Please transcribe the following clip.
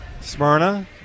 Smyrna